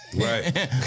Right